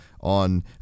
on